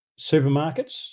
supermarkets